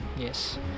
yes